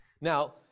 Now